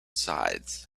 sides